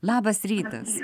labas rytas